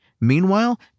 Meanwhile